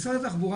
משרד התחבורה,